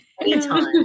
Anytime